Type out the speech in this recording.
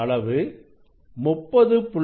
அதன் அளவு 30